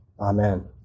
amen